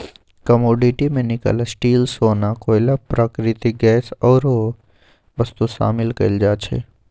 commodity में nickel, steel,, सोना, कोइला, प्राकृतिक गैस आउरो वस्तु शामिल कयल जाइ छइ